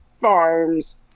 farms